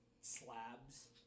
slabs